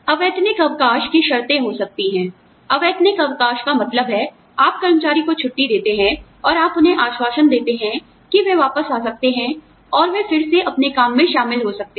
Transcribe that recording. अवैतनिक अवकाशकी शर्तें हो सकती हैं अवैतनिक अवकाश का मतलब है आप कर्मचारी को छुट्टी देते हैं और आप उन्हें आश्वासन देते हैं कि वे वापस आ सकते हैं और वे फिर से अपने काम में शामिल हो सकते हैं